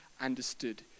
understood